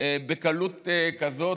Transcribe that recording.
בקלות כזאת,